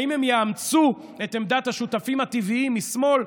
האם הם יאמצו את עמדת השותפים הטבעיים משמאל,